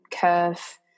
curve